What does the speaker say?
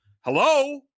hello